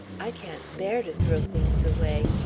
i can't bear to throw things away.